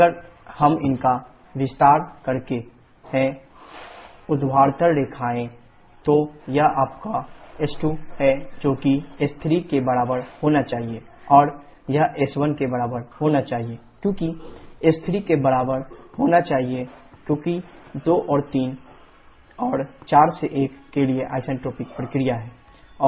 अगर हम इनका विस्तार करते हैं ऊर्ध्वाधर रेखाएँ तो यह आपका s2 है जो कि s3 के बराबर होना चाहिए और यह s1 के बराबर होना चाहिए क्योंकि s3 के बराबर होना चाहिए क्योंकि 2 3 और 4 1 के लिए आइसेंट्रोपिक प्रक्रिया है